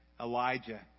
elijah